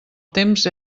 temps